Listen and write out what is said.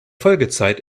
folgezeit